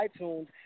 iTunes